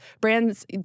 brands